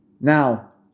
Now